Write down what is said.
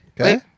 Okay